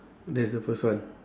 that's the first one